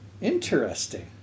Interesting